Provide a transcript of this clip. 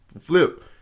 Flip